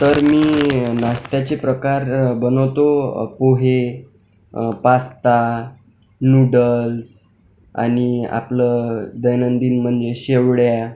तर मी नाश्त्याचे प्रकार बनवतो पोहे पास्ता नूडल्स आणि आपलं दैनंदिन म्हणजे शेवड्या